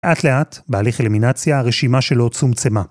‫אט לאט, בהליך הלמינציה, ‫הרשימה שלו צומצמה.